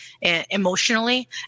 emotionally